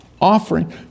Offering